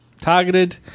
Targeted